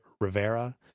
Rivera